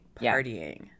partying